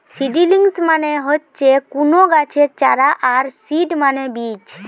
seedlings মানে হচ্ছে কুনো গাছের চারা আর সিড মানে বীজ